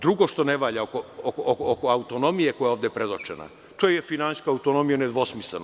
Drugo što ne valja oko autonomije koja je ovde predočena, to je finansijska autonomija, nedvosmisleno.